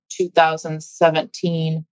2017